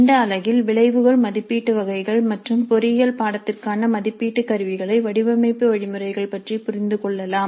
இந்த அலகில் விளைவுகள் மதிப்பீடு வகைகள் மற்றும் பொறியியல் பாடத்திற்கான மதிப்பீட்டு கருவிகளை வடிவமைப்பு வழிமுறைகள் பற்றி புரிந்து கொள்ளலாம்